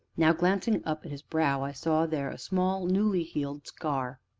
now, glancing up at his brow, i saw there a small, newly healed scar.